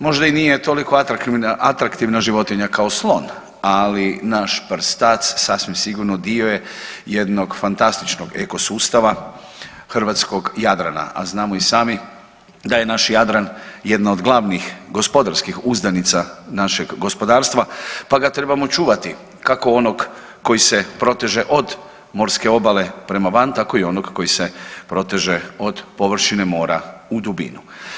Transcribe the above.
Možda i nije toliko atraktivna životinja kao slon, ali naš prstac sasvim sigurno dio je jednog fantastičnog eko sustava hrvatskog Jadrana, a znamo i sami da je naš Jadran jedno od glavnih gospodarskih uzdanica našeg gospodarstva, pa ga trebamo čuvati kako onog koji se proteže od morske obale prema van, tako i onog koji se proteže od površine mora u dubinu.